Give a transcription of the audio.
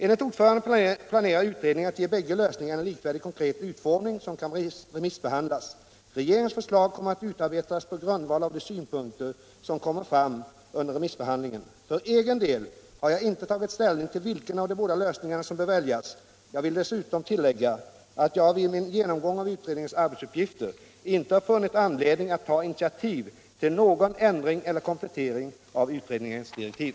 Enligt ordföranden planerar utredningen att ge bägge lösningarna en likvärdig konkret utformning som kan remissbehandlas. Regeringens förslag kommer att utarbetas på grundval av de synpunkter som kommer fram under remissbehandlingen. För egen del har jag inte tagit ställning till vilken av de båda lösningarna som bör väljas. Jag vill dessutom tillägga att jag vid min genomgång av utredningens arbetsuppgifter inte har funnit anledning att ta initiativ till någon ändring eller komplettering av utredningens direktiv.